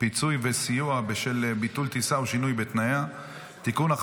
(פיצוי וסיוע בשל ביטול טיסה או שינוי בתנאיה) (תיקון,